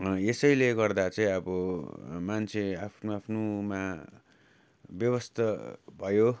यसैले गर्दा चाहिँ अब मान्छे आफ्नो आफ्नोमा व्यवस्था भयो